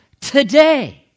today